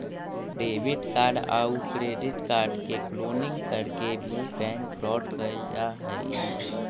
debit card आउ credit card के cloning करके भी बैंक फ्रॉड कैल जा हइ